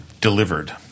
delivered